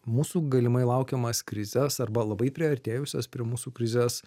mūsų galimai laukiamas krizes arba labai priartėjusias prie mūsų krizes